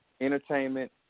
entertainment